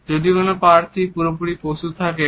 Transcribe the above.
যদি কোনো প্রার্থী পুরোপুরি প্রস্তুত থাকেন